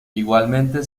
igualmente